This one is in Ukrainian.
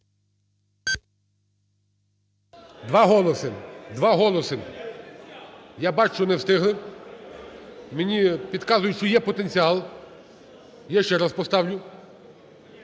2 голоси, я бачу, що не встигли. Мені підказують, що є потенціал. Я ще раз поставлю.